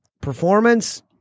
performance